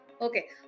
Okay